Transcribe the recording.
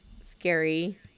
scary